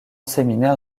séminaire